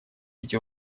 эти